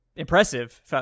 Impressive